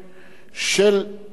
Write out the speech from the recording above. של משרדי הממשלה,